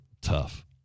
Tough